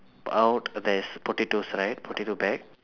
out there is potatoes right potato bag